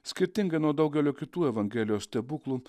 skirtingai nuo daugelio kitų evangelijos stebuklų